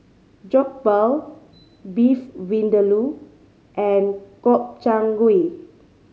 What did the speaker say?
Jokbal Beef Vindaloo and Gobchang Gui